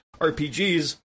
RPGs